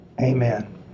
Amen